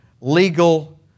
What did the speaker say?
legal